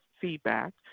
feedback